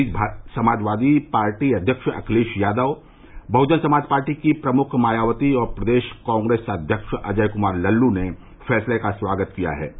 इस बीच समाजवादी पार्टी अध्यक्ष अखिलेश यादव बहुजन समाज पार्टी की प्रमुख मायावती और प्रदेश कांग्रेस अध्यक्ष अजय कुमार लल्लू ने फैसले का स्वागत किया है